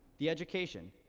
the education,